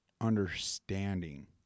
understanding